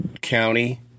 county